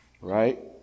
right